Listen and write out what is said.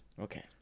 Okay